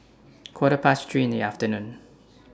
Quarter Past three in The afternoon